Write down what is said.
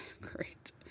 Great